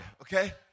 okay